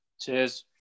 Cheers